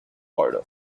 order